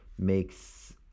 makes